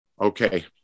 Okay